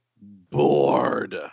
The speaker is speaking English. bored